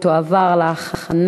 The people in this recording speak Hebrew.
(מתן מידע לשוכר בדיור הציבורי),